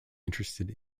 interested